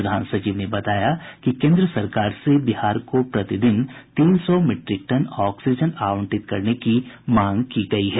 प्रधान सचिव ने बताया कि केन्द्र सरकार से बिहार को प्रतिदिन तीन सौ मिट्रिक टन ऑक्सीजन आवंटित करने की मांग की गयी है